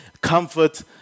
comfort